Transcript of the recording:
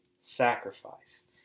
sacrifice